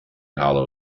hollow